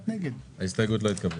הצבעה לא אושר ההסתייגות לא התקבלה.